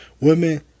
Women